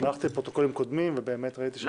גם הלכתי לפרוטוקולים קודמים ובאמת ראיתי שבכל מושב